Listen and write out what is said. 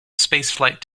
spaceflight